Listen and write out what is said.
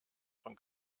von